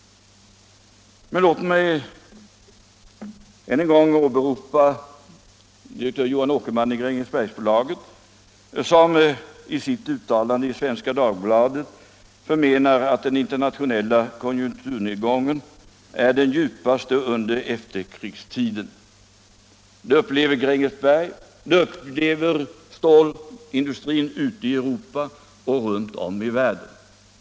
Men jag vill än en gång åberopa direktör Johan Åkerman i Grängesbergsbolaget, som i sitt uttalande i Svenska Dagbladet menar att den internationella konjunkturnedgången är den djupaste under efterkrigstiden. Det upplever Grängesbergsbolaget, det upplever stålindustrin ute i Europa och runt om i världen.